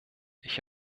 ich